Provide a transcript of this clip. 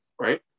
right